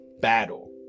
battle